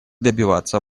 добиваться